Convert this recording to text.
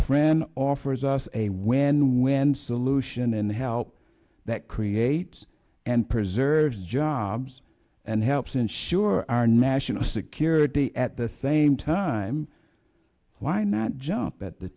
friend offers us a win win solution in the help that creates and preserves jobs and helps ensure our national security at the same time why not jump at the